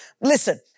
Listen